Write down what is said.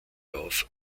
auf